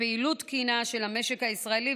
בפעילות תקינה של המשק הישראלי,